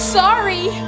sorry